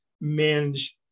manage